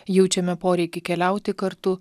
jaučiame poreikį keliauti kartu